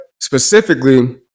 specifically